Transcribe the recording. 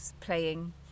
playing